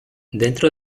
dentro